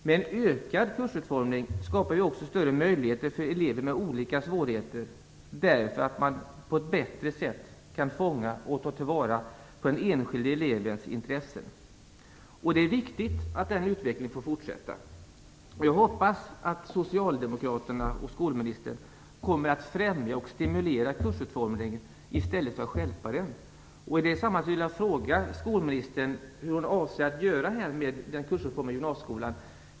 Med en mer omfattande kursutformning skapas också större möjligheter för elever med olika svårigheter. Det går att på ett bättre sätt fånga och ta till vara den enskilda elevens intressen. Det är viktigt att den utvecklingen får fortsätta. Jag hoppas att Socialdemokraterna och skolministern kommer att främja och stimulera kursutformningen i stället för att stjälpa den. I det sammanhanget vill jag fråga skolministern vad hon avser att göra med den kursutformade gymnasieskolan.